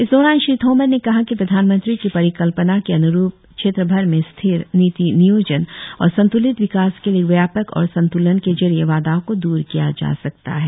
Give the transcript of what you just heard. इस दौरान श्री तोमार ने कहा कि प्रधानमंत्री की परिकल्पना के अनुरुप क्षेत्र भर में स्थिर नीति नियोजन और संत्लित विकास के लिए एक व्यापक और संत्रलन के जरिए वाधाओं को द्र किया जा सकता है